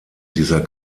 dieser